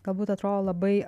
galbūt atrodo labai